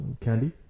candy